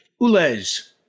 Ulez